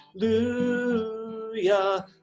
Hallelujah